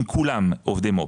אם כולם עובדי מו"פ,